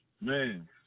man